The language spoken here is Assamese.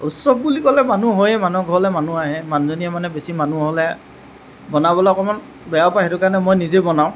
উৎসৱ বুলি ক'লে মানুহ হয়য়েই মানুহৰ ঘৰলে মানুহ আহেই মানুহজনীয়ে মানে বেছি মানুহ হ'লে বনাবলে অকমান বেয়া পাই সেইটো কাৰণে মই নিজে বনাওঁ